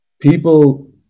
people